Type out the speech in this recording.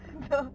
the